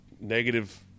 negative